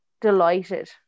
delighted